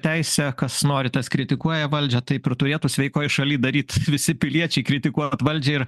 teisė kas nori tas kritikuoja valdžią taip ir turėtų sveikoj šalyj daryt visi piliečiai kritikuot valdžią ir